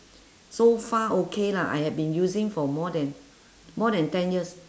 so far okay lah I had been using for more than more than ten years